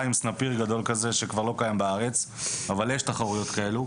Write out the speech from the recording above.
עם סנפיר גדול שלא קיימת בארץ אבל יש תחרויות כאלה.